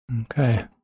Okay